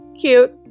cute